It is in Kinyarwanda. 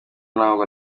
nabwo